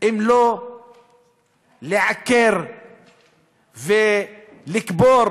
אם לא לעקר ולקבור